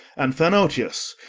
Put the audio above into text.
and phanoteus,